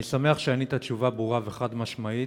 אני שמח שענית תשובה ברורה וחד-משמעית,